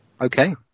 Okay